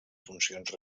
funcions